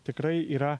tikrai yra